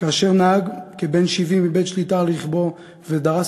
כאשר נהג כבן 70 איבד שליטה על רכבו ודרס